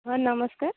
ହଁ ନମସ୍କାର